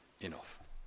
enough